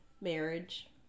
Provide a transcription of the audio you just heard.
Marriage